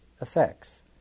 effects